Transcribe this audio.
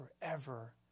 forever